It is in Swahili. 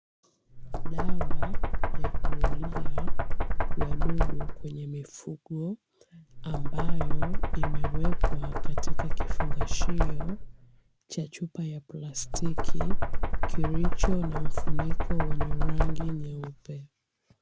Dawa ya kuulia wadudu kwenye mifugo ambayo imewekwa katika kifungashio cha chupa ya plastiki, kilicho na mfuniko wenye rangi nyeupe.